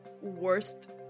worst